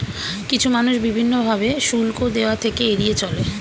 কিছু মানুষ বিভিন্ন ভাবে শুল্ক দেওয়া থেকে এড়িয়ে চলে